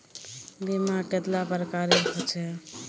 बीमा कतेला प्रकारेर होचे?